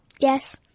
Yes